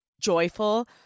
joyful